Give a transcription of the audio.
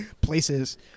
places